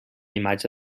imatge